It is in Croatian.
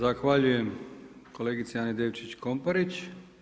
Zahvaljujem kolegici Ani Devčić Komparić.